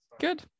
Good